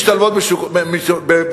משתלבות במערך העבודה,